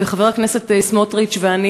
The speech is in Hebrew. חבר הכנסת סמוטריץ ואני